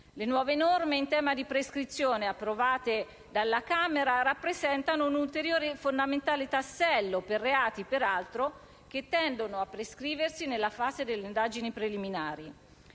Le nuove norme in tema di prescrizione approvate dalla Camera rappresentano un'ulteriore fondamentale tassello, per reati peraltro che tendono a presciversi nella fase delle indagini preliminari.